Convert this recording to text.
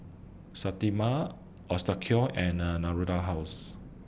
Sterimar Osteocare and Natura House